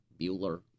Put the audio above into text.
Bueller